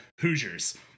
Hoosiers